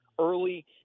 early